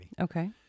Okay